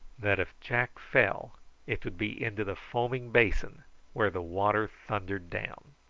that if jack fell it would be into the foaming basin where the water thundered down.